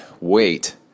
wait